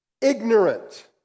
Ignorant